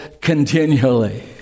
continually